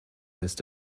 ist